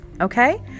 okay